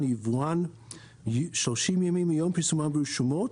או יבואן 30 ימים מיום פרסומן ברשומות,